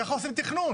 ככה עושים תכנון.